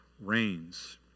reigns